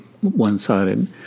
one-sided